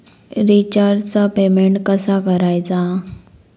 रिचार्जचा पेमेंट कसा करायचा?